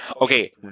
okay